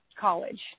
college